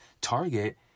Target